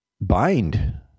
bind